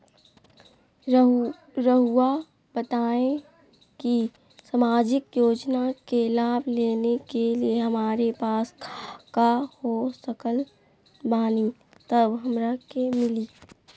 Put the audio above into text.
रहुआ बताएं कि सामाजिक योजना के लाभ लेने के लिए हमारे पास काका हो सकल बानी तब हमरा के मिली?